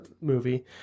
movie